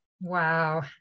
Wow